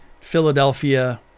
Philadelphia